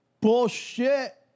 Bullshit